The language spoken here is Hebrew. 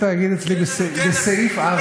התאגיד אצלי בסעיף 4. לא,